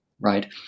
Right